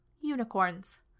Unicorns